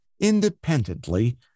independently